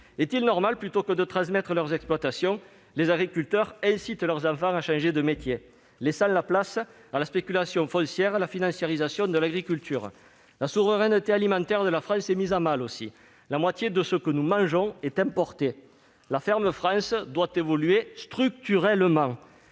Est-il normal que, plutôt que de leur transmettre leurs exploitations, les agriculteurs incitent leurs enfants à changer de métier, laissant place à la spéculation foncière et à la financiarisation de l'agriculture ? La souveraineté alimentaire de la France est mise à mal, la moitié de ce que nous mangeons est importé. La « ferme France » doit évoluer structurellement.